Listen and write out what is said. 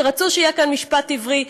שרצו שיהיה כאן משפט עברי.